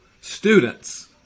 students